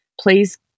please